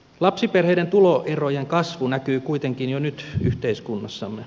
lapsiperheiden tuloerojen kasvu näkyy kuitenkin jo nyt yhteiskunnassamme